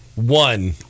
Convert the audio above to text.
One